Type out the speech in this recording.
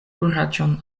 kuraĝon